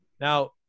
now